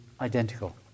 identical